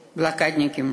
בלוקדניקים,